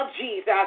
Jesus